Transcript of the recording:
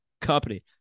company